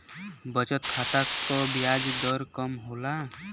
बचत खाता क ब्याज दर कम होला